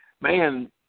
Man